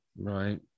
Right